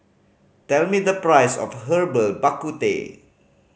tell me the price of Herbal Bak Ku Teh